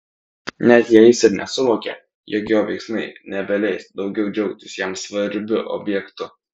net jei jis ir nesuvokė jog jo veiksmai nebeleis daugiau džiaugtis jam svarbiu objektu